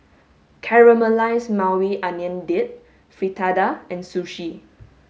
caramelized maui onion dip fritada and sushi